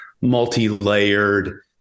multi-layered